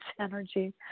energy